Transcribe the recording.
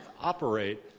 operate